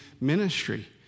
ministry